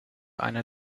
einer